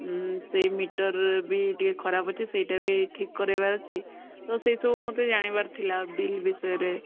ସେଇ ମିଟର୍ ବି ଟିକେ ଖରାପ ଅଛି ସେଇଟା ବି ଠିକ କରାଇବାର ଅଛି ତ ସେଇ ସବୁ ମତେ ଜାଣିବାର ଥିଲା ବିଲ୍ ବିଷୟରେ